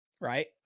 Right